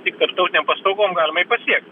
tik tarptautinėm pastangom galima jį pasiekt